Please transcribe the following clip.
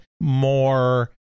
more